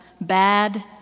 bad